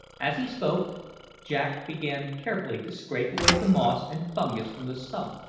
as he spoke jack began carefully to scrape away the moss and fungus from the stump,